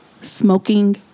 Smoking